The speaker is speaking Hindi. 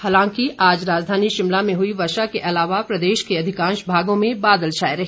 हालांकि आज राजधानी शिमला में हुई वर्षा के अलावा प्रदेश के अधिकांश भागों में बादल छाए रहे